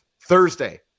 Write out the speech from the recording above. Thursday